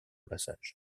passage